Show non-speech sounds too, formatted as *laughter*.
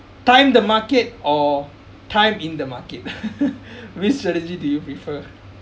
time the market or time in the market *laughs* which strategy do you prefer